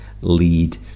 lead